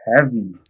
heavy